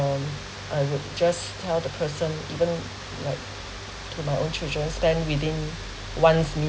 I would just tell the person given like to my own children spend within one's